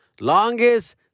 Longest